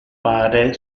pare